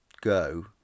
go